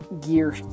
gear